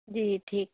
جی ٹھیک